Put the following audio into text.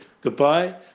goodbye